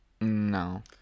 No